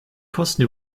kosten